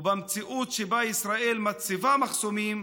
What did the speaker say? ובמציאות שבה ישראל מציבה מחסומים,